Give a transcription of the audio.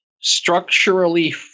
structurally